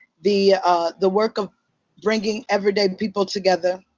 the the work of bringing everyday people together.